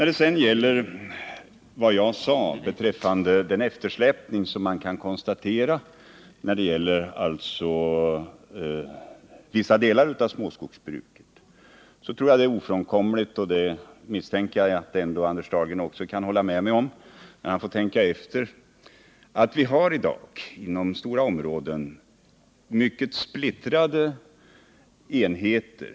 Den eftersläpning som man kan konstatera när det gäller vissa delar av småskogsbruket tror jag är ofrånkomlig — och det misstänker jag att Anders Dahlgren kan hålla med mig om när han får tänka efter — eftersom vi i dag inom stora områden har mycket splittrade enheter.